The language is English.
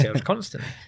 constantly